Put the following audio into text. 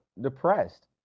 depressed